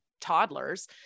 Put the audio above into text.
toddlers